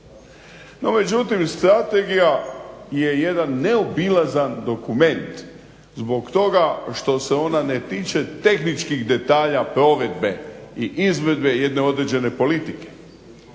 međutim, Strategija je jedan nezaobilazan dokument zbog toga što se ona ne tiče tehničkih detalja provedbe i izvedbe jedne određene politike.